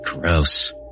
Gross